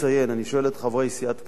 אני שואל את חברי סיעת קדימה,